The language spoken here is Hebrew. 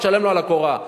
תשלם לו על הקורה.